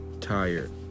tired